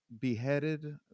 beheaded